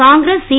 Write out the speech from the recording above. Congress C